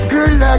Girl